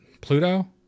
Pluto